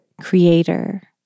Creator